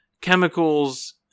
chemicals